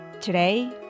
Today